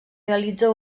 realitza